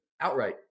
outright